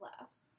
Laughs